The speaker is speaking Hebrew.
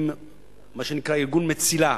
עם מה שנקרא ארגון מציל"ה,